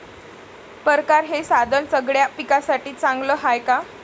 परकारं हे साधन सगळ्या पिकासाठी चांगलं हाये का?